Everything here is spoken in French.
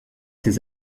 ses